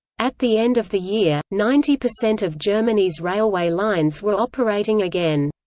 at the end of the year, ninety percent of germany's railway lines were operating again.